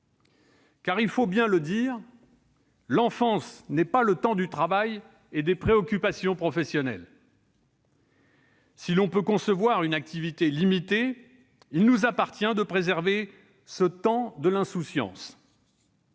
loi. Il faut bien le dire, l'enfance n'est pas le temps du travail et des préoccupations professionnelles. Si l'on peut concevoir une activité limitée, il nous appartient de préserver ce temps de l'insouciance.